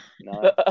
no